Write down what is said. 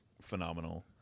phenomenal